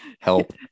Help